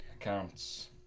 Accounts